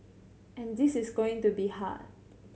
and this is going to be hard